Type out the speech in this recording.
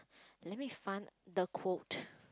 let me find the quote